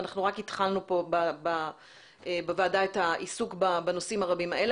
ואנחנו רק התחלנו פה בוועדה את העיסוק בנושאים הרבים האלה.